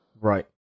Right